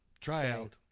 tryout